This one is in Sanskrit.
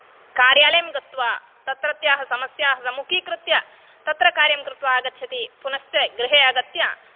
कार्यालयं गत्वा तत्रत्याः समस्याः सम्मुखिकृत्य तत्र कार्यं कृत्वा आगच्छति पुनश्च गृहे आगत्य